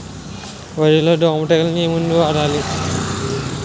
వరిలో దోమ తెగులుకు ఏమందు వాడాలి?